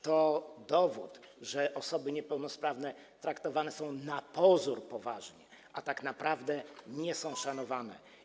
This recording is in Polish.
To dowód, że osoby niepełnosprawne traktowane są na pozór poważnie, a tak naprawdę nie są szanowane.